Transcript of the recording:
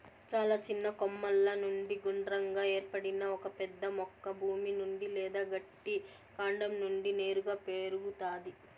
చాలా చిన్న కొమ్మల నుండి గుండ్రంగా ఏర్పడిన ఒక పెద్ద మొక్క భూమి నుండి లేదా గట్టి కాండం నుండి నేరుగా పెరుగుతాది